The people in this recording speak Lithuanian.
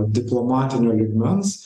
diplomatinio lygmens